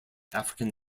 african